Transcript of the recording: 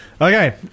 Okay